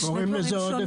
אלה שני דברים שונים.